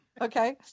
Okay